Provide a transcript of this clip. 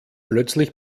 plötzlich